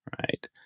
right